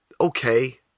okay